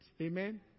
Amen